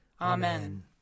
Amen